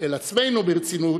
אל עצמנו ברצינות,